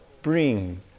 bring